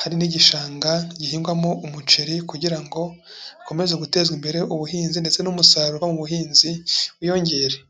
hari n'igishanga gihingwamo umuceri kugira ngo hakomeze gutezwa imbere ubuhinzi ndetse n'umusaruro mu buhinzi wiyongere.